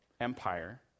empire